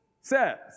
says